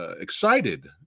excited